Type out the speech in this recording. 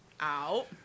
out